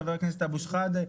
חבר הכנסת אבו שחאדה,